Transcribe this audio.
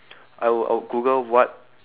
I wou~ I would Google what